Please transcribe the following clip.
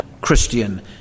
Christian